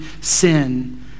sin